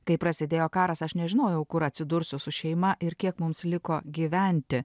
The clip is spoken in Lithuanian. kai prasidėjo karas aš nežinojau kur atsidursiu su šeima ir kiek mums liko gyventi